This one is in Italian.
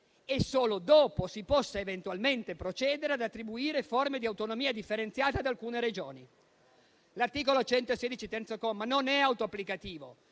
e solo dopo si possa eventualmente procedere ad attribuire forme di autonomia differenziata ad alcune Regioni. L'articolo 116, terzo comma, non è autoapplicativo